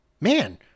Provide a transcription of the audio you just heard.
man